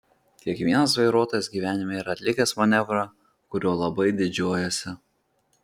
kiekvienas vairuotojas gyvenime yra atlikęs manevrą kuriuo labai didžiuojasi